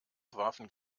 warfen